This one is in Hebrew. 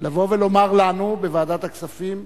לבוא ולומר לנו בוועדת הכספים: